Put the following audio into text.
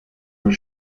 mein